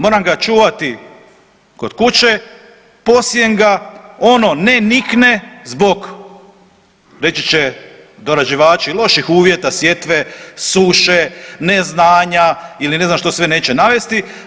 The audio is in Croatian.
Moram ga čuvati kod kuće, posijem ga, ono ne nikne zbog reći će dorađivači loših uvjeta sjetve, suše, neznanja ili ne znam što sve neće navesti.